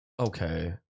Okay